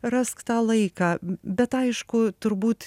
rask tą laiką bet aišku turbūt